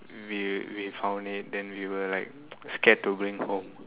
we we found it then we were like scared to bring home